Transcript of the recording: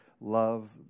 love